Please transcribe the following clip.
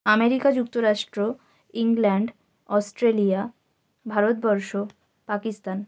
America যুক্তরাষ্ট্র England Australia Bharatvarsha Pakistan